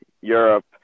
Europe